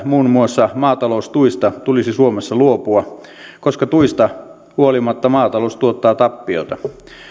muun muassa maataloustuista tulisi suomessa luopua koska tuista huolimatta maatalous tuottaa tappiota